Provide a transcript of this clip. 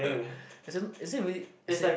as in is it really as in